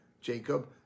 Jacob